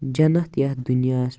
جنت یَتھ دُنیاہس پٮ۪ٹھ